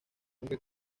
aunque